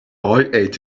ate